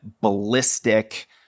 ballistic